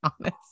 honest